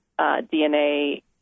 DNA